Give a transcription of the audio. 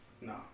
No